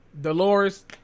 Dolores